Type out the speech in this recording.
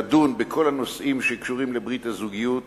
לדון בכל הנושאים שקשורים לברית הזוגיות